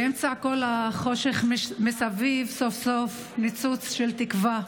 באמצע כל החושך מסביב, סוף-סוף ניצוץ של תקווה.